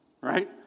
right